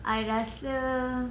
I rasa